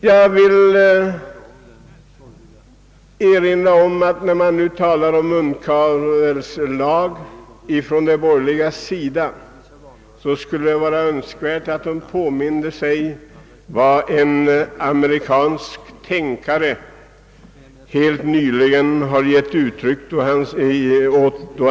När man från den borgerliga sidan talar om att sätta munkavle på regeringen vill jag påminna om vad en amerikansk tänkare helt nyligen gav uttryck åt.